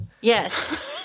Yes